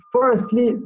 firstly